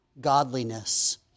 godliness